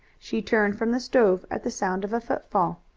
she turned from the stove at the sound of a foot-fall.